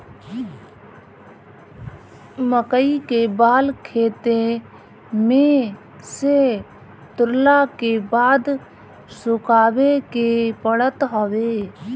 मकई के बाल खेते में से तुरला के बाद सुखावे के पड़त हवे